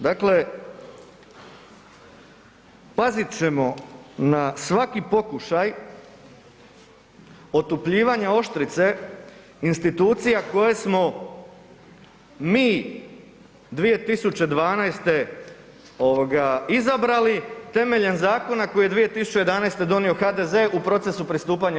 Dakle, pazit ćemo na svaki pokušaj otupljivanja oštrice institucija koje smo mi 2012. izabrali temeljem zakona koji je 2011. donio HDZ u procesu pristupanja EU.